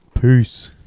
Peace